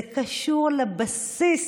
זה קשור לבסיס